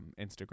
Instagram